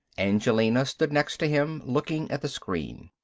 angelina stood next to him, looking at the screen.